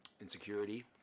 Insecurity